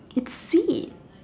it's sweet